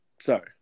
Sorry